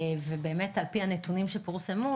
לפי הנתונים שפורסמו,